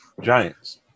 Giants